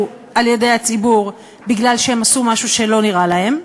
על-ידי הציבור בגלל שהם עשו משהו שלא נראה להם.